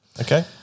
Okay